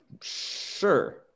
sure